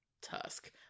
Tusk